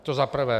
To za prvé.